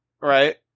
Right